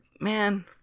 man